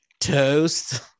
Toast